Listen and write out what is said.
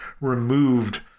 removed